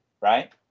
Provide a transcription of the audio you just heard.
right